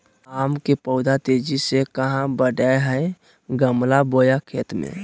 आम के पौधा तेजी से कहा बढ़य हैय गमला बोया खेत मे?